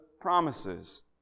promises